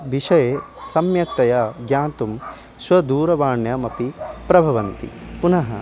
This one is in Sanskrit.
विषये सम्यक्तया ज्ञातुं स्वदूरवाण्यामपि प्रभवन्ति पुनः